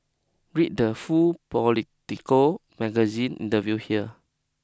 read the full Politico Magazine interview here